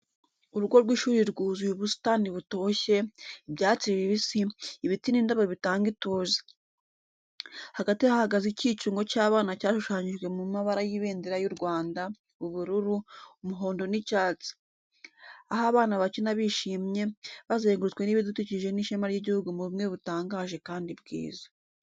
Urugo rw’ishuri rwuzuye ubusitani butoshye, ibyatsi bibisi, ibiti n’indabo bitanga ituze. Hagati hahagaze ikicungo cy’abana cyashushanyijwe mu mabara y’ibendera ry’u Rwanda: ubururu, umuhondo n’icyatsi. Aho abana bakina bishimye, bazengurutswe n’ibidukikije n’ishema ry’igihugu mu bumwe butangaje kandi bwiza.